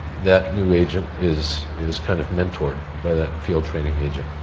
that new agent is is kind of mentored by that field training agent.